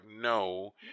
No